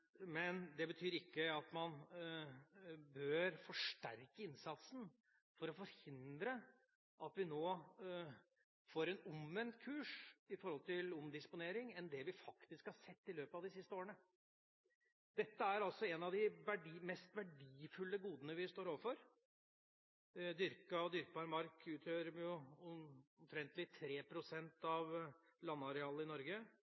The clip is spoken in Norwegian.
Men det betyr ikke at man bør forsterke innsatsen for å forhindre at vi nå får en omvendt kurs med hensyn til omdisponering enn det vi faktisk har sett i løpet av de siste årene. Dette er et av de mest verdifulle godene vi står overfor. Dyrka og dyrkbar mark utgjør omtrent 3 pst. av landarealet i Norge.